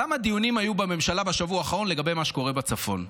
כמה דיונים היו בממשלה בשבוע האחרון לגבי מה שקורה בצפון?